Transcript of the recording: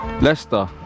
Leicester